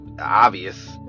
obvious